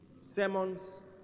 sermons